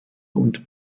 und